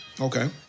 Okay